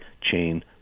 chain